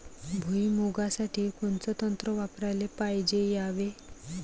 भुइमुगा साठी कोनचं तंत्र वापराले पायजे यावे?